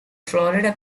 florida